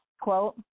quote